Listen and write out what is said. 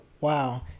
wow